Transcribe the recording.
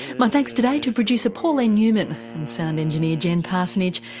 my thanks today to producer pauline newman and sound engineer jen parsonage,